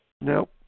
No